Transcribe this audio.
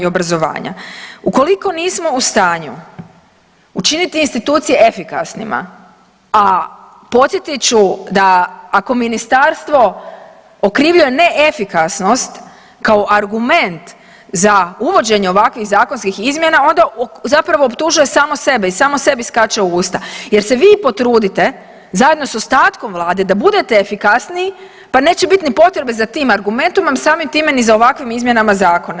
Ukoliko nismo u stanju učiniti institucije efikasnima, a podsjetit ću da ako Ministarstvo okrivljuje neefikasnost kao argument za uvođenje ovakvih zakonskih izmjena, onda zapravo optužuje samo sebe i samo sebi skače u usta jer se vi potrudite zajedno s ostatkom Vlade, da budete efikasniji pa neće biti ni potrebe za tim argumentom, a samim time ni za ovakvim izmjenama zakona.